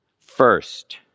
First